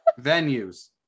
Venues